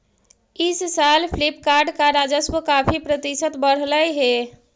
इस साल फ्लिपकार्ट का राजस्व काफी प्रतिशत बढ़लई हे